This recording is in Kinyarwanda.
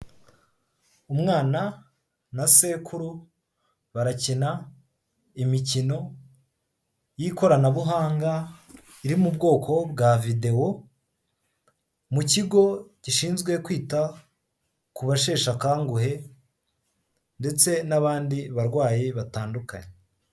Umwana na sekuru barakina imikino y'ikoranabuhanga, iri mu bwoko bwa videwo, mu kigo gishinzwe kwita ku basheshe akanguhe, ndetse n'abandi barwayi batandukanye.